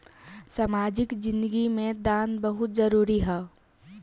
सामाजिक जिंदगी में दान बहुत जरूरी ह